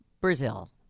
Brazil